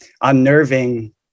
unnerving